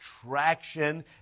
traction